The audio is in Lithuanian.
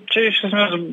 čia iš esmės